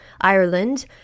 Ireland